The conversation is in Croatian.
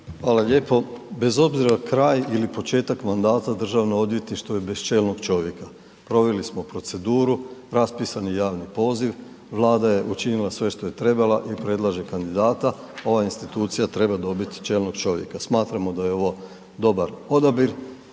Hvala lijepo. Bez obzira kraj ili početak mandata, DORH je bez čelnog čovjeka. Proveli smo proceduru, raspisan je javni poziv, Vlada je učinila sve što je trebala i predlaže kandidata, ova institucija treba dobiti čelnog čovjeka. Smatramo da je ovo dobar odabir,